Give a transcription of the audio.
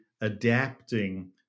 adapting